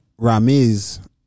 Ramiz